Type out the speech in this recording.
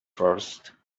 first